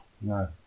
No